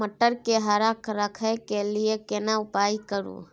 मटर के हरा रखय के लिए केना उपाय करू?